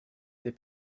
des